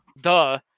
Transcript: Duh